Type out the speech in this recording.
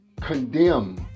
condemn